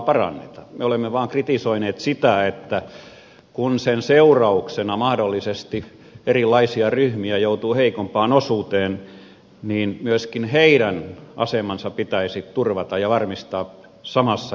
me olemme vain kritisoineet että kun sen seurauksena mahdollisesti erilaisia ryhmiä joutuu heikompaan osuuteen niin myöskin heidän asemansa pitäisi turvata ja varmistaa samalla